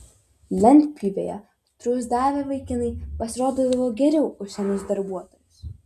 lentpjūvėje triūsdavę vaikinai pasirodydavo geriau už senus darbuotojus